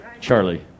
Charlie